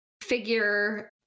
figure